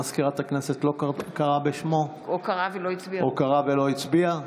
מזכירת הכנסת לא קראה בשמו או קראה ולא הצביע?